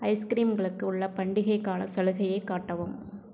ஐஸ்கிரீம்களுக்கு உள்ள பண்டிகைக் காலச் சலுகையை காட்டவும்